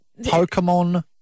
Pokemon